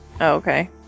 okay